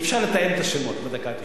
אי-אפשר לתאם את השמות בדקה התשעים.